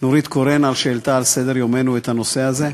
נורית קורן על שהעלתה על סדר-יומנו את הנושא הזה,